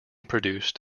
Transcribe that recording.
produced